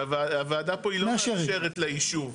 שהוועדה פה היא לא מאשרת ליישוב.